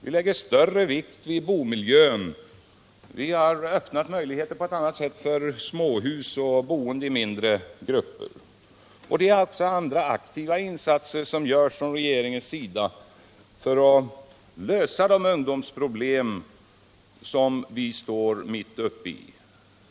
Vi lägger i dag större vikt vid boendemiljön, och vi har på ett helt annat sätt ökat möjligheterna för produktion av småhus och boende i mindre grupper. Detta är ett exempel bland många på aktiva insatser som regeringen gör för att lösa de ungdomsproblem som vi står mitt uppe i.